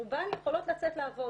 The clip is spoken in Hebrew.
רובן יכולות לצאת לעבוד.